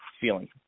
feeling